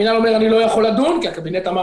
המינהל אומר שהוא לא יכול לדון כי הקבינט אמר